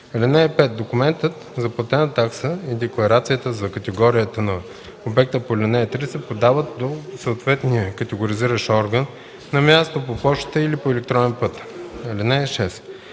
130. (5) Документът за платена такса и декларацията за категорията на обекта по ал. 3 се подават до съответния категоризиращ орган на място, по пощата или по електронен път. (6)